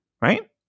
Right